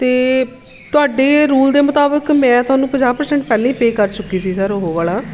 ਅਤੇ ਤੁਹਾਡੇ ਰੂਲ ਦੇ ਮੁਤਾਬਕ ਮੈਂ ਤੋਨੂੰ ਪੰਜਾਹ ਪ੍ਰਸੈਂਟ ਪਹਿਲਾਂ ਹੀ ਪੇਅ ਕਰ ਚੁੱਕੀ ਸੀ ਸਰ ਉਹ ਵਾਲਾ